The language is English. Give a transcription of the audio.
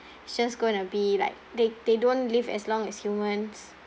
just gonna be like they they don't live as long as humans